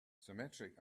symmetric